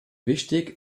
wichtig